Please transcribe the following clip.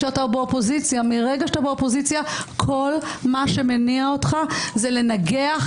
ומרגע שאתה באופוזיציה כל מה שמניע אותך זה לנגח,